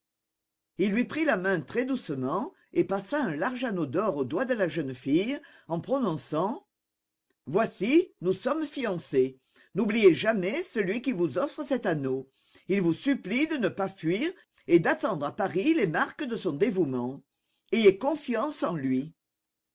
il lui prit la main très doucement et passa un large anneau d'or au doigt de la jeune fille en prononçant voici nous sommes fiancés n'oubliez jamais celui qui vous offre cet anneau il vous supplie de ne pas fuir et d'attendre à paris les marques de son dévouement ayez confiance en lui